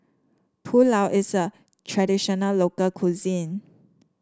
pulao is a traditional local cuisine